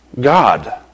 God